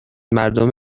مردم